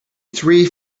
three